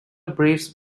braves